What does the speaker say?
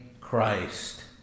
Christ